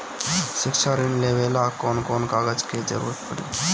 शिक्षा ऋण लेवेला कौन कौन कागज के जरुरत पड़ी?